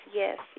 yes